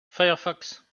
firefox